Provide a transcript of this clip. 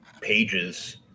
pages